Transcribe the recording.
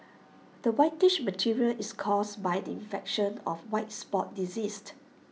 the whitish material is caused by the infection of white spot disease